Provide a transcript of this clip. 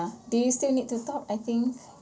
do you still need to talk I think